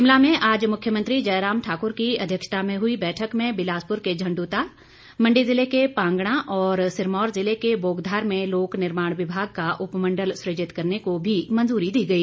शिमला में आज मुख्यमंत्री जयराम ठाक्र की अध्यक्षता में हई बैठक में बिलासपुर के झंडुता मंडी जिले के पांगणा और सिरमौर जिले के बोगधार में लोक निर्माण विभाग का उपमंडल सुजित करने को भी मंजूरी दी गई